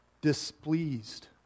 displeased